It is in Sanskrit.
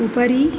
उपरि